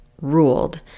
ruled